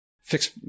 fix